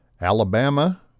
Alabama